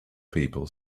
people